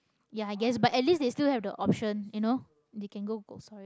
ya i guess but at least they still have the option you know they can go cold-storage